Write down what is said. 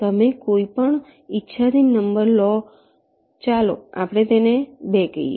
તમે કોઈપણ ઈચ્છાધીન નંબર લો ચાલો આપણે તે 2 કહીએ